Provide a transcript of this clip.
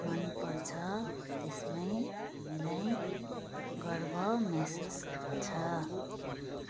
मनपर्छ त्यसमै हामीलाई गर्व महसुस हुन्छ